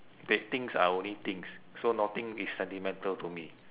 the things are only things so nothing is sentimental to me